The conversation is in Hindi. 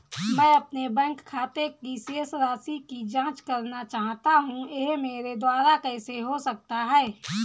मैं अपने बैंक खाते की शेष राशि की जाँच करना चाहता हूँ यह मेरे द्वारा कैसे हो सकता है?